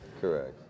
Correct